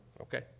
Okay